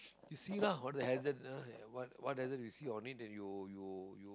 you see lah what the hazard ah what hazard you see or need that you you you